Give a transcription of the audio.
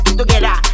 together